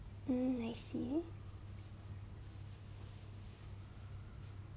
hmm I see